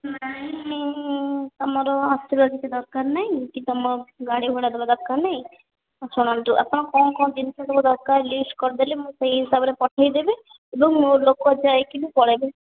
ତୁମର ଆସିବା କିଛି ଦରକାର ନାହିଁ କି ତମ ଗାଡ଼ି ଭଡ଼ା ଦେବା ଦରକାର ନାଇଁ ଶୁଣନ୍ତୁ ଆପଣଙ୍କ କ'ଣ କ'ଣ ଜିନଷ ସବୁ ଦରକାର ଲିଷ୍ଟ କରିଦେଲେ ମୁଁ ସେହି ହିସାବରେ ପଠାଇ ଦେବି ଏବଂ ମୋ ଲୋକ ଯାଇକରି ପଳାଇବେ